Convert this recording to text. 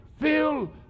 fill